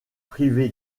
privé